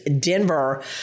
denver